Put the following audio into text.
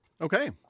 Okay